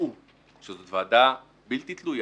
קבעו שזאת ועדה בלתי תלויה,